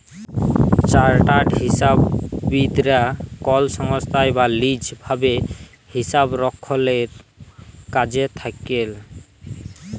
chartered হিসাববিদ রা কল সংস্থায় বা লিজ ভাবে হিসাবরক্ষলের কাজে থাক্যেল